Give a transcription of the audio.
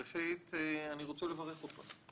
ראשית, אני רוצה לברך אותך.